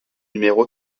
numéro